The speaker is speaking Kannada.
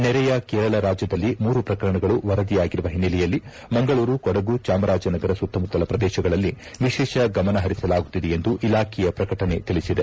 ನೆರೆಯ ಕೇರಳ ರಾಜ್ಯದಲ್ಲಿ ಮೂರು ಪ್ರಕರಣಗಳು ವರದಿಯಾಗಿರುವ ಹಿನ್ನೆಲೆಯಲ್ಲಿ ಮಂಗಳೂರು ಕೊಡಗು ಚಾಮರಾಜನಗರ ಸುತ್ತಮುತ್ತಲ ಪ್ರದೇಶಗಳಲ್ಲಿ ವಿಶೇಷ ಗಮನಹರಿಸಲಾಗುತ್ತಿದೆ ಎಂದು ಇಲಾಖೆಯ ಪ್ರಕಟಣೆ ತಿಳಿಸಿದೆ